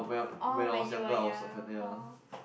orh when you were young orh